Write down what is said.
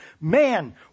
man